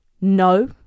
No